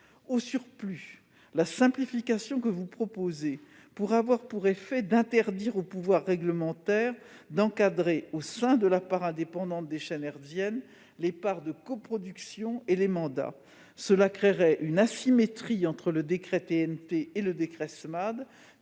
En outre, la simplification proposée pourrait avoir pour effet d'interdire au pouvoir réglementaire d'encadrer, au sein de la part indépendante des chaînes hertziennes, les parts de coproduction et les mandats. Cela créerait une asymétrie entre le décret TNT et le décret SMAD,